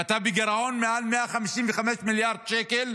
ואתה בגירעון של מעל 155 מיליארד שקל,